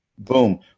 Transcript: Boom